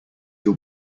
your